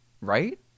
Right